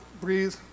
breathe